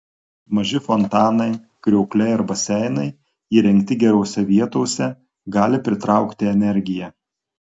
maži fontanai kriokliai ar baseinai įrengti gerose vietose gali pritraukti energiją